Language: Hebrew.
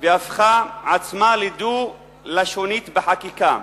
והפכה עצמה לדו-לשונית בחקיקה.